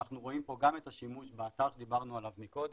אנחנו רואים פה גם את השימוש באתר שדיברנו עליו מקודם,